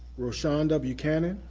roshon w. cannon,